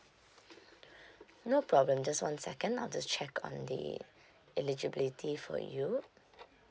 no problem just one second I'll just check on the eligibility for you